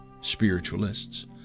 spiritualists